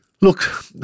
Look